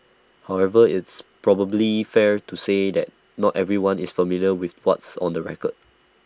however is probably fair to say that not everyone is familiar with what's on the record